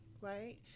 right